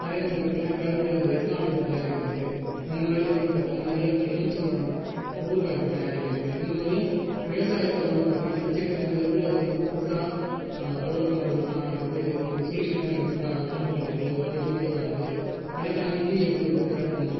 அதே மாதிரி பார்த்தீன்னா கரும்பு அந்த எத்தனால் எப்படி தயாரிக்கிறது இந்த மாதிரி வந்து பார்த்தீங்கன்னா நிறைய அப்பறம் எலும்மிச்சம்பழம் ஊறுகாய் எப்படி தயாரிக்கிறது இந்த மாதிரி விவசாயத்தில் வந்து பார்த்தீங்கன்னா சின்ன சின்ன எப்படி அதில் வந்து புதுசாக டெவலப் பண்ணுறதுக்கான இது இந்த சொலியூஷன்ஸ்லாம் எப்படி கண்டுப்பிடிக்கிறது வந்து எப்படி வெளியே வரது அதுக்கான நிதி எப்படி வந்து திரட்டனும்